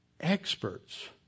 experts